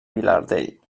vilardell